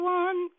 one